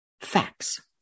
facts